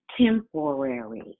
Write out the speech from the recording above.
temporary